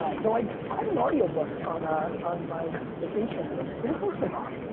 ah though i tried an audio book on ah on my vacation and it didn't go so bad,